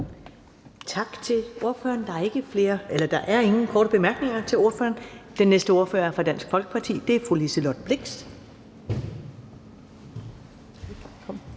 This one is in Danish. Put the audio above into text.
Tak til ordføreren. Der er ingen korte bemærkninger til ordføreren. Den næste ordfører er fra Dansk Folkeparti, fru Liselott Blixt.